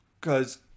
Cause